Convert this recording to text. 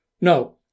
No